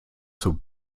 zur